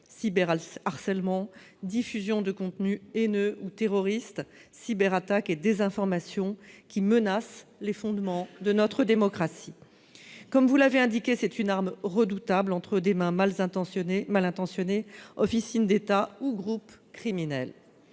cyberharcèlement, diffusion de contenus haineux ou incitant au terrorisme, cyberattaques, désinformation -qui menacent les fondements de notre démocratie. C'est en effet une arme redoutable entre des mains mal intentionnées, officines d'États ou groupes criminels.